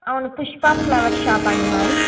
అవును Pushpa flowers shop అండి మాది